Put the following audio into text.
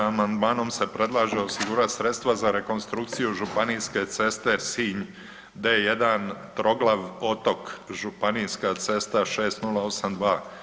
Amandmanom se predlaže osigurati sredstva za rekonstrukciju županijske ceste Sinj D1 – Troglav - Otok županijska cesta 6082.